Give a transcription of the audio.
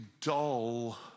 dull